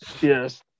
yes